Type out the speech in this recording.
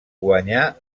guanyà